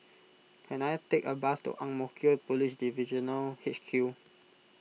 can I take a bus to Ang Mo Kio Police Divisional H Q